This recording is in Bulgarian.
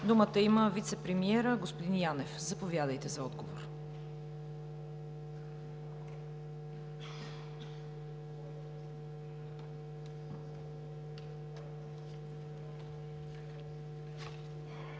думата вицепремиерът господин Янев. Заповядайте за отговор.